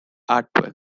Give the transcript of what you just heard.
artwork